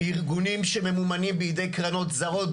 ארגונים שממומנים בידי קרנות זרות,